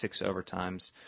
sixovertimes